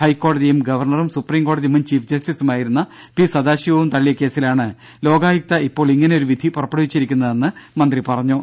ഹൈക്കോടതിയും ഗവർണറും സുപ്രീം കോടതി മുൻ ചീഫ് ജസ്റ്റിസുമായ പി സദാശിവവും തള്ളിയ കേസിലാണ് ലോകായുക്ത ഇപ്പോൾ ഇങ്ങനെ ഒരു വിധി പുറപ്പെടുവിച്ചിരിക്കുന്നതെന്ന് മന്ത്രി പറഞ്ഞു